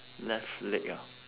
left leg ah